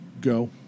go